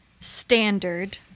Standard